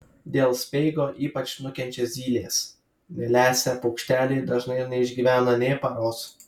dėl speigo ypač nukenčia zylės nelesę paukšteliai dažnai neišgyvena nė paros